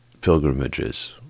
pilgrimages